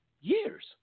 years